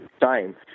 time